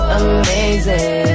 amazing